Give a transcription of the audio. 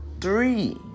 three